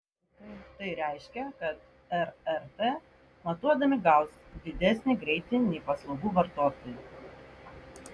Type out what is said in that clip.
tai reiškia kad rrt matuodami gaus didesnį greitį nei paslaugų vartotojai